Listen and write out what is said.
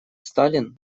сталин